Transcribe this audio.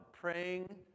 praying